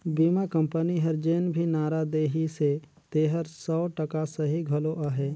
बीमा कंपनी हर जेन भी नारा देहिसे तेहर सौ टका सही घलो अहे